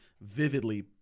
vividly